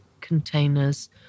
containers